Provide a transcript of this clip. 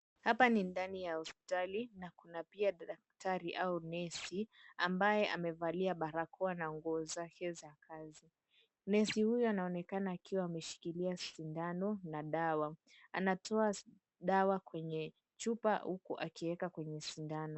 Hapa ni ndani ya hospitali na kuna bia daktari au nesi ambaye amevalia barakoa na nguo zake za kazi. Nesi huyo anaonekana akiwa ameshikilia sindano na dawa, anatoa dawa kwenye chupa huku akiweka kwenye sindano.